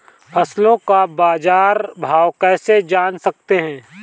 फसलों का बाज़ार भाव कैसे जान सकते हैं?